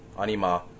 anima